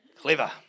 Clever